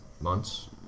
Months